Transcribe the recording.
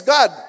God